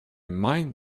mind